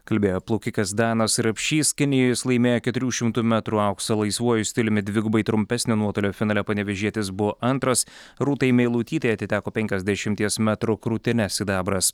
kalbėjo plaukikas danas rapšys kinijoje jis laimėjo keturių šimtų metrų auksą laisvuoju stiliumi dvigubai trumpesnio nuotolio finale panevėžietis buvo antras rūtai meilutytei atiteko penkiasdešimties metrų krūtine sidabras